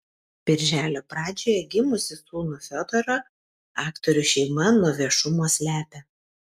birželio pradžioje gimusį sūnų fiodorą aktorių šeima nuo viešumo slepia